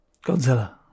Godzilla